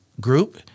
group